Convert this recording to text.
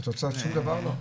שום דבר לא?